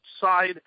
side